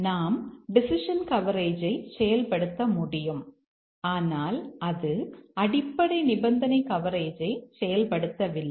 நாம் டெசிஷன் கவரேஜை செயல்படுத்த முடியும் ஆனால் அது அடிப்படை நிபந்தனை கவரேஜை செயல்படுத்தவில்லை